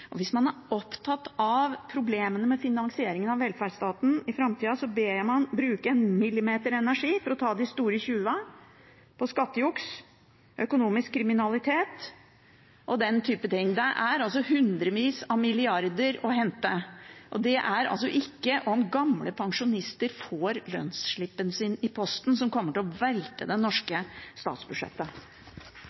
Og hvis man er opptatt av problemene med finansieringen av velferdsstaten i framtida, ber jeg om at man bruker en millimeter energi på å ta de store tjuvene – på skattejuks, økonomisk kriminalitet og den type ting. Det er hundrevis av milliarder å hente. Det er altså ikke gamle pensjonister som får lønnsslippen sin i posten, som kommer til å velte det norske statsbudsjettet.